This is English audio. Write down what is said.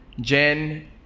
Jen